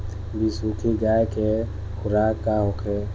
बिसुखी गाय के खुराक का होखे?